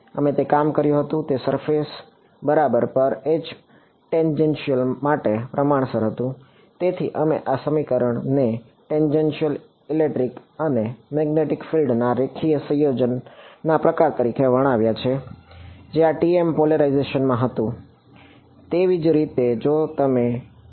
અમે તે કામ કર્યું હતું તે સરફેસ પોલરાઇઝેશનમાં હતું તેવી જ રીતે જો તમે ટી